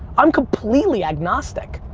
i'm completely agnostic.